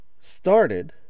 started